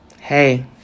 hey